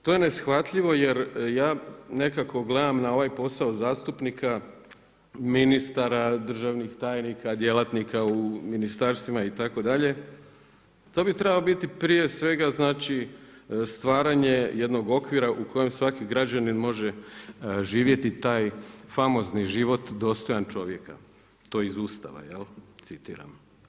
To je neshvatljivo jer ja nekako gledam na ovaj posao zastupnika, ministara, državnih tajnika, djelatnika u ministarstvima itd. to bi trebao biti prije svega stvaranje jednog okvira u kojem svaki građanin može živjeti taj famozni život dostojan čovjeka, to iz Ustava citiram.